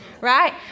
Right